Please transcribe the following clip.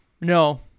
no